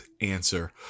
answer